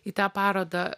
į tą parodą